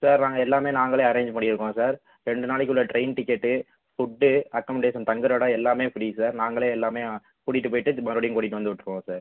sir நாங்கள் எல்லாமே நாங்களே அரேஞ்சு பண்ணியிருக்கோம் சார் ரெண்டு நாளைக்கு உள்ள ட்ரெயின் டிக்கெட்டு ஃபுட்டு அக்கமடேஷன் தங்குகிற இடம் எல்லாமே ஃப்ரீ சார் நாங்களே எல்லாமே கூட்டிட்டு போய்ட்டு மறுபடியும் கூட்டிட்டு வந்து விட்ருவோம் சார்